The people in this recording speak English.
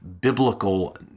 biblical